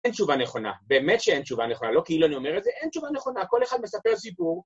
אין תשובה נכונה, באמת שאין תשובה נכונה, לא כי אילון אומר את זה, אין תשובה נכונה, כל אחד מספר סיפור.